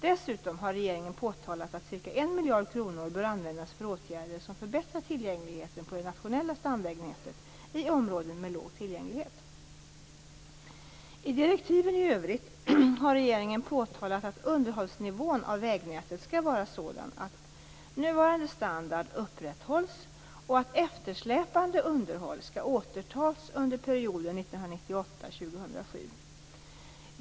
Dessutom har regeringen påtalat att ca 1 miljard kronor bör användas för åtgärder som förbättrar tillgängligheten på det nationella stamvägnätet i områden med låg tillgänglighet. I direktiven i övrigt har regeringen påtalat att underhållsnivån av vägnätet skall vara sådan att nuvarande standard upprätthålls och att eftersläpande underhåll skall återtas under perioden 1998-2007.